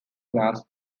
class